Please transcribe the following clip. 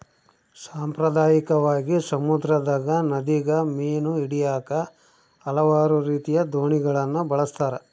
ಸಾಂಪ್ರದಾಯಿಕವಾಗಿ, ಸಮುದ್ರದಗ, ನದಿಗ ಮೀನು ಹಿಡಿಯಾಕ ಹಲವಾರು ರೀತಿಯ ದೋಣಿಗಳನ್ನ ಬಳಸ್ತಾರ